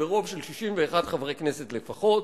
כזה, וההחלטות בכנסת מתקבלות